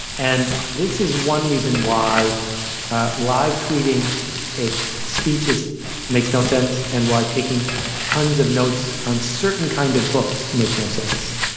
and this is one reason why live tweeting speeches makes no sense and why taking tons of notes on certain kinds of books make no sense.